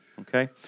Okay